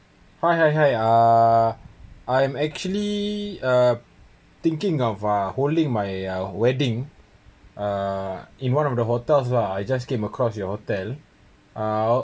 hi hi hi uh I'm actually uh thinking of uh holding my uh wedding uh in one of the hotels lah I just came across your hotel uh